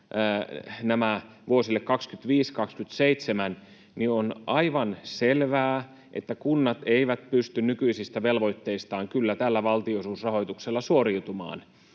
nämä vuosille 25—27, niin on aivan selvää, että kunnat eivät kyllä pysty nykyisistä velvoitteistaan suoriutumaan tällä valtionosuusrahoituksella.